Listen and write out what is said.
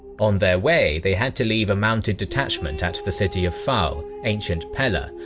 on their way, they had to leave a mounted detachment at the city of fahl, ancient pella,